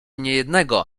niejednego